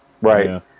right